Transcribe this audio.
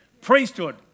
priesthood